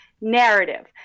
narrative